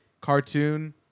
cartoon